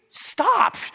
Stop